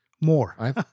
More